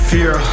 Fear